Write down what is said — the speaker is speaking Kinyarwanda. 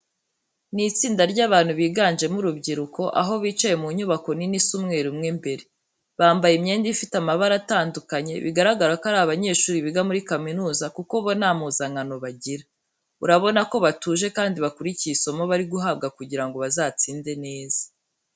Ni itsinda ry'abantu biganjemo urubyiruko, aho bicaye mu nyubako nini isa umweru mo imbere. Bambaye imyenda ifite amabara atandukanye, bigaragara ko ari abanyeshuri biga muri kaminuza kuko bo nta mpuzankano bagira. Urabona ko batuje kandi bakurikiye isomo bari guhabwa kugira ngo bazatsinde neza.